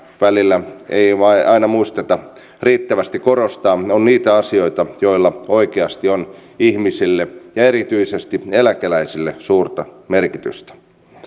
välillä ei vain aina muisteta riittävästi korostaa ovat niitä asioita joilla oikeasti on ihmisille ja erityisesti eläkeläisille suurta merkitystä